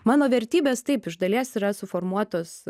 mano vertybės taip iš dalies yra suformuotos